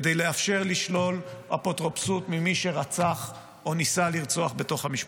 כדי לאפשר לשלול אפוטרופסות ממי שרצח או ניסה לרצוח בתוך המשפחה.